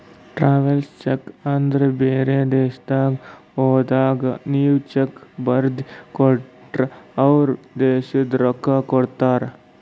travellers cheque ಅಂದುರ್ ಬೇರೆ ದೇಶದಾಗ್ ಹೋದಾಗ ನೀವ್ ಚೆಕ್ ಬರ್ದಿ ಕೊಟ್ಟರ್ ಅವ್ರ ದೇಶದ್ ರೊಕ್ಕಾ ಕೊಡ್ತಾರ